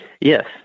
Yes